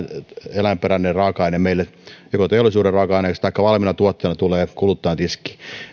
eläinperäinen raaka aine meille tulee joko teollisuuden raaka aineeksi taikka valmiina tuotteina kuluttajatiskiin